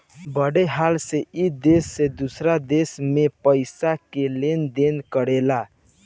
बड़ी हाली से ई देश से दोसरा देश मे पइसा के लेन देन करेला